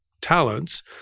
talents